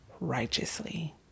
righteously